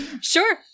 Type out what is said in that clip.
Sure